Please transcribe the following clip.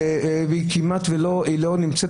והיא כמעט לא קיימת,